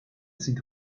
sind